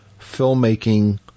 filmmaking